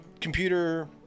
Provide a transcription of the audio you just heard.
computer